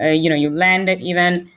ah you know you land it even,